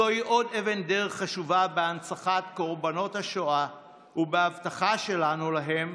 זוהי עוד אבן דרך חשובה בהנצחת קורבנות השואה ובהבטחה שלנו להם: